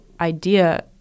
idea